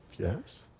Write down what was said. yes.